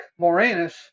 Moranis